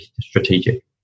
strategic